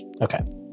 Okay